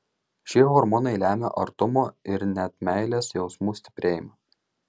šie hormonai lemia artumo ir net meilės jausmų stiprėjimą